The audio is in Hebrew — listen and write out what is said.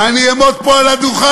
"אני אעמוד פה על הדוכן".